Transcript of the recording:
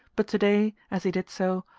but to-day, as he did so,